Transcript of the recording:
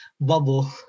bubble